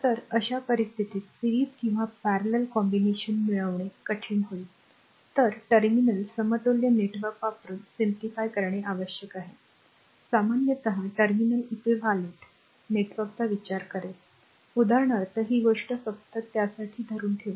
तर अशा परिस्थितीत सिरीज किंवा parallel कॉम्बिनेशन मिळवणे कठीण होईल तर टर्मिनल समतुल्य नेटवर्क वापरून simplifyसुलभ करणे आवश्यक आहे सामान्यतः टर्मिनल equivalentसमतुल्य नेटवर्कचा विचार करेल उदाहरणार्थ ही गोष्ट फक्त या साठी धरून ठेवा